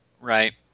Right